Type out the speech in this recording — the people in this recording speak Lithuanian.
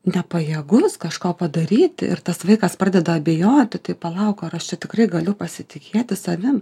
nepajėgus kažko padaryti ir tas vaikas pradeda abejoti tai palauk ar aš čia tikrai galiu pasitikėti savim